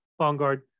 Bongard